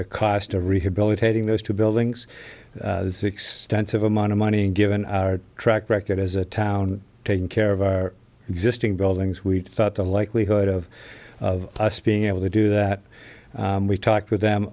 the cost of rehabilitating those two buildings this extensive amount of money given our track record as a town taking care of our existing buildings we thought the likelihood of us being able to do that we talked with them